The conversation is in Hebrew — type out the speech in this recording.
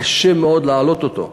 קשה מאוד להעלות אותו,